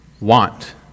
want